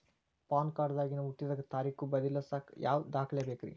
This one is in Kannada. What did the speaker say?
ಪ್ಯಾನ್ ಕಾರ್ಡ್ ದಾಗಿನ ಹುಟ್ಟಿದ ತಾರೇಖು ಬದಲಿಸಾಕ್ ಯಾವ ದಾಖಲೆ ಬೇಕ್ರಿ?